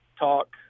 talk